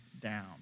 down